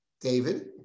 David